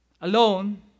Alone